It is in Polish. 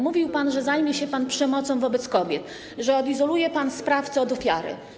Mówił pan, że zajmie się pan przemocą wobec kobiet, że odizoluje pan sprawcę od ofiary.